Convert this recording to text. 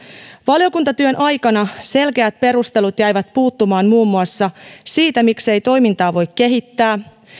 valiokuntatyön aikana selkeät perustelut jäivät puuttumaan muun muassa siitä miksei toimintaa voi kehittää